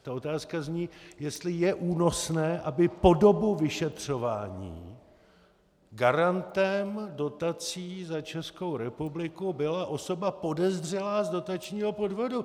Ta otázka zní, jestli je únosné, aby po dobu vyšetřování garantem dotací za Českou republiku byla osoba podezřelá z dotačního podvodu.